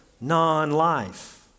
non-life